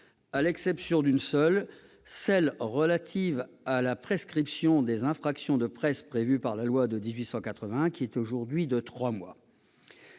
à l'exception d'une seule : celle qui est relative à la prescription des infractions de presse prévues par la loi de 1881, qui est aujourd'hui de trois mois.